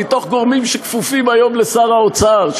מגורמים שכפופים היום לשר האוצר,